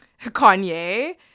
Kanye